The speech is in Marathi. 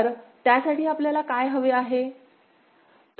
तर त्यासाठी आपल्याला काय हवे आहे